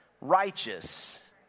righteous